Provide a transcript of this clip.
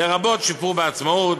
לרבות שיפור בעצמאות,